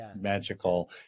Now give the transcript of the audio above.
magical